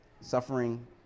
suffering